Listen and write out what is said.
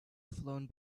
flown